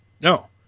No